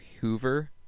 hoover